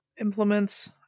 implements